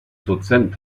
dozent